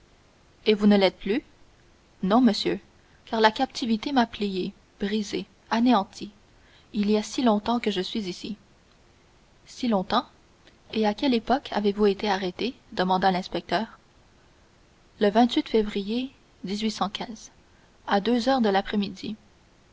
et vous ne l'êtes plus non monsieur car la captivité m'a plié brisé anéanti il y a si longtemps que je suis ici si longtemps et à quelle époque avez-vous été arrêté demanda l'inspecteur le février à deux heures de l'après-midi